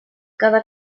cada